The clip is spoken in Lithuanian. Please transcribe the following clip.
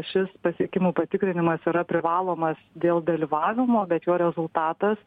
šis pasiekimų patikrinimas yra privalomas dėl dalyvavimo bet jo rezultatas